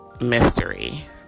Mystery